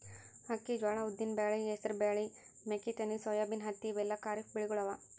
ಅಕ್ಕಿ, ಜ್ವಾಳಾ, ಉದ್ದಿನ್ ಬ್ಯಾಳಿ, ಹೆಸರ್ ಬ್ಯಾಳಿ, ಮೆಕ್ಕಿತೆನಿ, ಸೋಯಾಬೀನ್, ಹತ್ತಿ ಇವೆಲ್ಲ ಖರೀಫ್ ಬೆಳಿಗೊಳ್ ಅವಾ